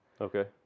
Okay